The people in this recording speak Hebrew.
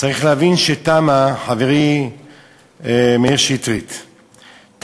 חברי מאיר שטרית,